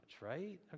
right